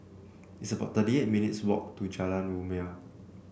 it's about thirty eight minutes' walk to Jalan Rumia